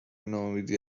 نومیدی